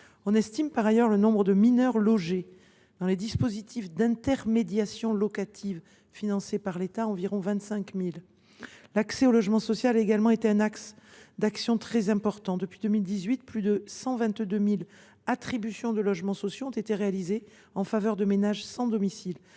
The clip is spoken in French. On estime par ailleurs le nombre de mineurs logés dans les dispositifs d’intermédiation locative financés par l’État à environ 25 000. L’accès au logement social a également été un axe d’action très important. Depuis 2018, plus de 122 000 logements sociaux ont été attribués en faveur de ménages sans domicile.